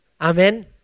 Amen